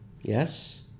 Yes